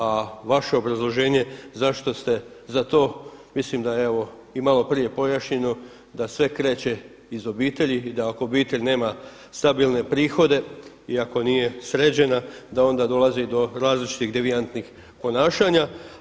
A vaše obrazloženje zašto ste za to mislim da je evo i malo prije pojašnjeno da sve kreće iz obitelji i da ako obitelj nema stabilne prihode i ako nije sređena, da onda dolazi do različitih devijantnih ponašanja.